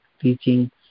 teaching